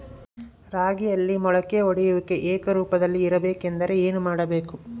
ರಾಗಿಯಲ್ಲಿ ಮೊಳಕೆ ಒಡೆಯುವಿಕೆ ಏಕರೂಪದಲ್ಲಿ ಇರಬೇಕೆಂದರೆ ಏನು ಮಾಡಬೇಕು?